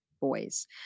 boys